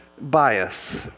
bias